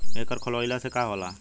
एकर खोलवाइले से का होला?